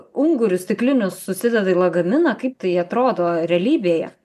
ungurius stiklinius susideda į lagaminą kaip tai atrodo realybėje